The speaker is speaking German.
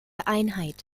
einheit